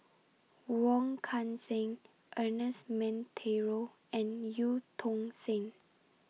Wong Kan Seng Ernest Monteiro and EU Tong Sen